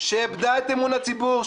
שאיבדה את אמון הציבור,